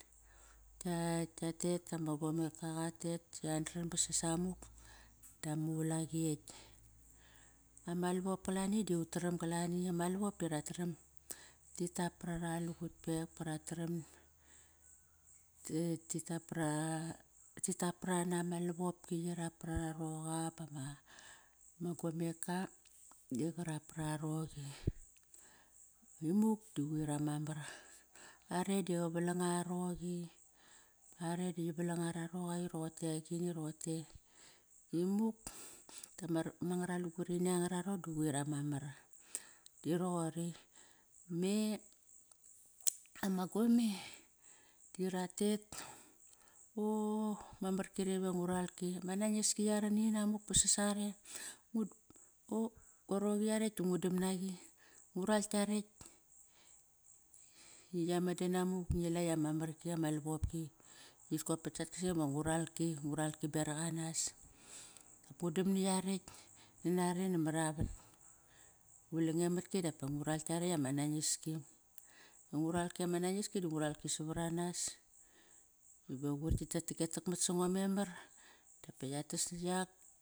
Ktiat tet dama gomeka qatet siandran ba sas samuk dama ulaqi ekt. Ama lavop kalani dut taram kalani ama lavop di rataram tit tap parara lugut pek bra tram ti tap parana. Ma lavopki qirap parara roqa bama gomeka da qarap para roqi, imuk du quir ama mar. Are da qa valang araqi, are di qi valang ara roqa roqotei i agini roqote imuk dama ngara lugurini anga raron di quir ama mar di roqori. Me ama gome di ratet koqo, mamar kiarekt iva nguralki, ma nangiski ya rar ninamuk ba sasare go roqi yarekt du ngudam naqi. Ngural kiarekt i yaman da namuk, ngilai ama marki ama lavopki qit kopat sat kaseng iva ngu ralki beraq anas. Ngudam na yarekt nanare maravat qu lange matki dap ngu ral kiarekt ama nangiski. Ngu ralki ama nangiski du nguralki savaranas bava quir kitak mat sa ngo memar dapa yatas na yak.